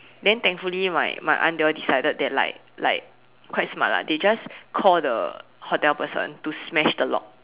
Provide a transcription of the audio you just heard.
then thankfully my my aunt they all decided that like like quite smart lah they just call the hotel person to smash the lock